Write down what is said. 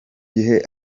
gihe